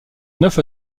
neuf